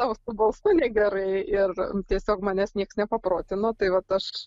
tau su balsu negerai ir tiesiog manęs nieks nepaprotino tai vat aš